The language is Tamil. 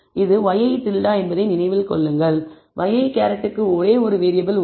இது ŷi என்பதை நினைவில் கொள்ளுங்கள் ŷi க்கு ஒரே ஒரு வேறியபிள் உள்ளது